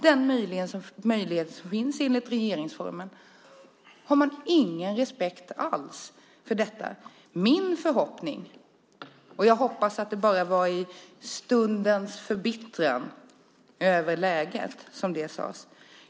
Det är en möjlighet som finns enligt regeringsformen. Har man ingen respekt alls för detta? Jag hoppas att det bara var i stundens förbittring över läget som det sades.